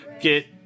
get